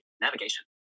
Navigation